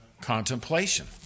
contemplation